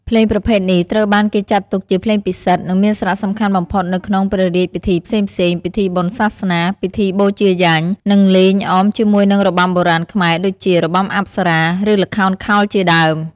ភ្លេងប្រភេទនេះត្រូវបានគេចាត់ទុកជាភ្លេងពិសិដ្ឋ និងមានសារៈសំខាន់បំផុតនៅក្នុងព្រះរាជពិធីផ្សេងៗ ពិធីបុណ្យសាសនា ពិធីបូជាយញ្ញ និងលេងអមជាមួយនឹងរបាំបុរាណខ្មែរដូចជា របាំអប្សរា ឬល្ខោនខោលជាដើម។